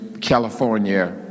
California